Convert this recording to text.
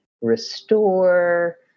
restore